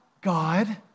God